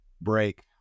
break